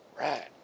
Right